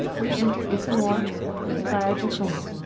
re-enter ithamore with friar jacomo.